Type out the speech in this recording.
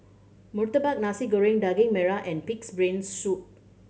murtabak Nasi Goreng Daging Merah and Pig's Brain Soup